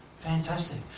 fantastic